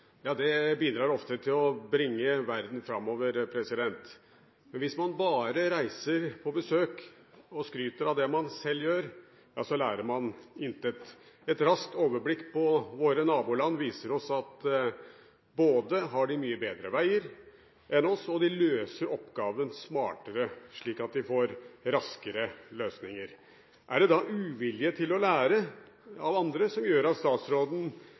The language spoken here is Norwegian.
bidrar ofte til å bringe verden framover. Men hvis man bare reiser på besøk og skryter av det man selv gjør, lærer man intet. Et raskt blikk på situasjonen til våre naboland viser oss at både har de mye bedre veier enn oss, og de løser oppgaven smartere, slik at de får raskere løsninger. Er det da uvilje til å lære av andre som gjør at statsråden